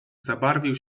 zabarwił